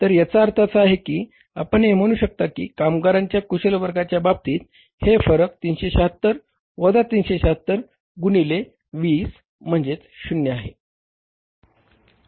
तर याचा अर्थ असा की आपण हे म्हणू शकता की कामगारांच्या कुशल वर्गाच्या बाबतीत हे फरक 376 वजा 376 गुणिले 20 म्हणजेच शून्य आहे